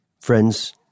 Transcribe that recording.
Friends